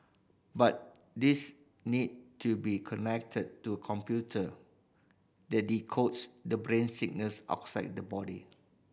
but these need to be connected to a computer that decodes the brain signals outside the body